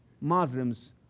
Muslims